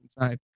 inside